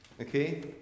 Okay